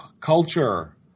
Culture